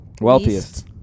wealthiest